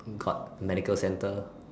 got medical center